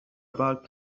about